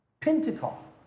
Pentecost